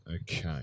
Okay